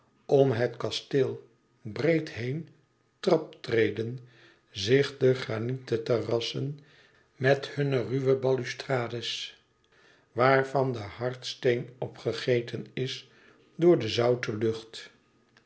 om het kasteel breed heen traptreden zich de granieten terrassen met hunne ruwe balustrades waarvan de hardsteen opgegeten is door de zoute lucht